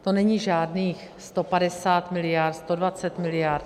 To není žádných 150 miliard, 120 miliard.